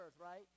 right